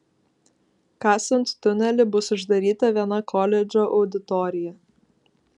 kasant tunelį bus uždaryta viena koledžo auditorija